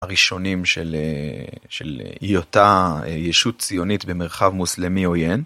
הראשונים של היותה ישות ציונית במרחב מוסלמי עוין.